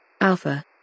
Alpha